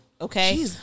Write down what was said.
Okay